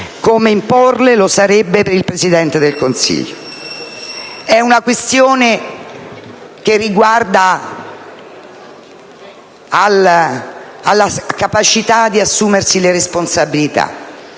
come imporle lo sarebbe per il Presidente del Consiglio. È una questione che riguarda la capacità di assumersi le responsabilità,